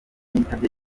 yitabye